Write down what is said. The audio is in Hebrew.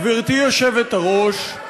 גברתי היושבת-ראש,